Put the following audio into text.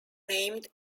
named